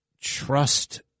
trust